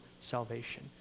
salvation